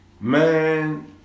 Man